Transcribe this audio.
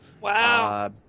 Wow